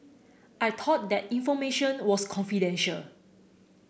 I thought that information was confidential